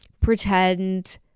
pretend